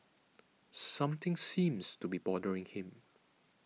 something seems to be bothering him